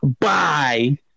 bye